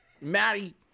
Maddie